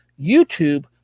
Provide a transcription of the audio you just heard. YouTube